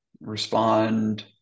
respond